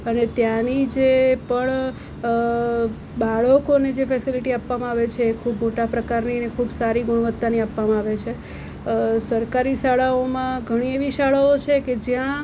અને ત્યાંની જે પણ બાળકોને જે ફેસેલિટી આપવામાં આવે છે ખૂબ મોટા પ્રકારની ને ખૂબ સારી ગુણવત્તાની આપવામાં આવે છે સરકારી શાળાઓમાં ઘણી એવી શાળાઓ છે કે જ્યાં